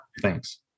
Thanks